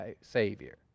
Savior